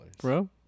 bro